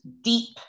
deep